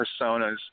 personas